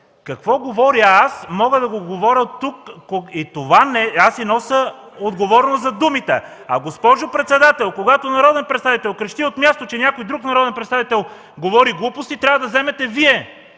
какво говоря аз, мога да го говоря тук и си нося отговорност за думите... Госпожо председател, когато народният представител крещи от място, че някой друг народен представител говори глупости, Вие трябва да вземете